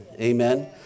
Amen